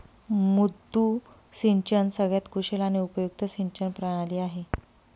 मुद्दू सिंचन सगळ्यात कुशल आणि उपयुक्त सिंचन प्रणाली आहे